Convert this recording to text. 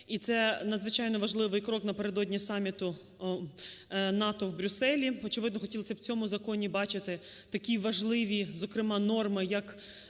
і це надзвичайно важливий крок напередодні саміту НАТО в Брюсселі. Очевидно, хотілося б в цьому законі бачити такі важливі, зокрема, норми як